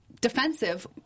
defensive